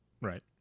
Right